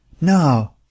No